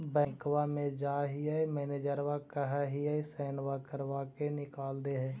बैंकवा मे जाहिऐ मैनेजरवा कहहिऐ सैनवो करवा के निकाल देहै?